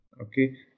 Okay